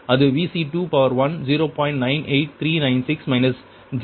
98396 j 0